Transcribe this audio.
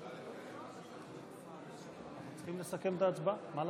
לאחר הסיכום בכללי, 48 הצביעו בעד, 62 הצביעו